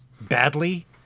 badly